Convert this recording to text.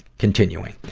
continuing,